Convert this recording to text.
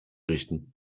richten